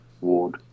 Ward